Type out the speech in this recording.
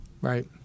Right